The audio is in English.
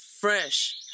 fresh